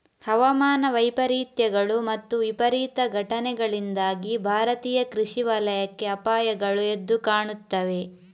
ಹವಾಮಾನ ವೈಪರೀತ್ಯಗಳು ಮತ್ತು ವಿಪರೀತ ಘಟನೆಗಳಿಂದಾಗಿ ಭಾರತೀಯ ಕೃಷಿ ವಲಯಕ್ಕೆ ಅಪಾಯಗಳು ಎದ್ದು ಕಾಣುತ್ತವೆ